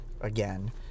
again